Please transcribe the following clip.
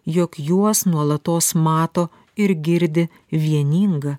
jog juos nuolatos mato ir girdi vieninga